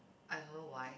I don't know why